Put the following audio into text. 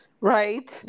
Right